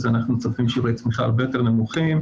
אז אנחנו צופים שיעורי צמיחה הרבה יותר נמוכים,